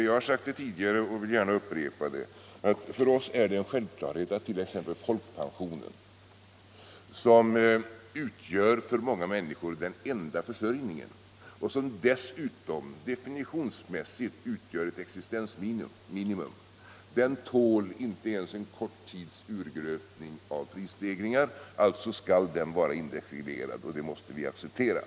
Jag har sagt tidigare och vill gärna upprepa att för oss är det en självklarhet att t.ex. folkpensionen, som utgör den enda försörjningen för många människor och dessutom definitionsmässigt utgör existensminimum, inte tål ens en kort tids urgröpning på grund av inflation. Alltså skall folkpensionerna vara indexreglerade, och det måste vi acceptera.